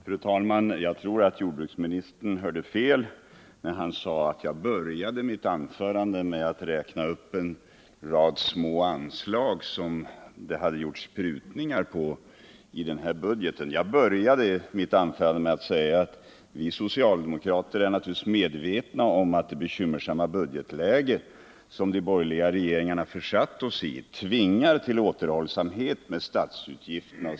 Nr 110 Fru talman! Jag tror att jordbruksministern har hört fel. Han säger att jag började mitt anförande med att räkna upp en rad små anslag, som det hade gjorts prutningar på i den här budgeten. Jag började mitt anförande med att säga att vi socialdemokrater naturligtvis är medvetna om att det bekymmersamma budgetläge som de borgerliga regeringarna försatt oss i tvingar till bruksdepartemenåterhållsamhet med statsutgifterna.